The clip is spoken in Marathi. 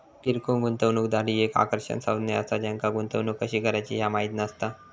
किरकोळ गुंतवणूकदार ही एक आकर्षक संज्ञा असा ज्यांका गुंतवणूक कशी करायची ह्या माहित नसता